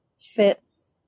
fits